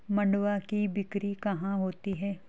मंडुआ की बिक्री कहाँ होती है?